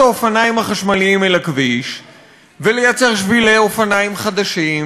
האופניים החשמליים אל הכביש וליצור שבילי אופניים חדשים,